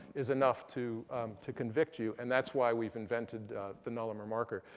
is enough to to convict you. and that's why we've invented the nullimer marker.